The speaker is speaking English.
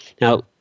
Now